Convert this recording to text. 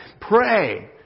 Pray